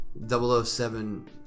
007